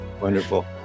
Wonderful